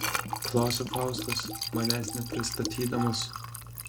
klausia faustas manęs nepristatydamas